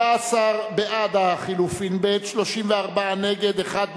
17 בעד החלופין ב', 34 נגד, אחד נמנע.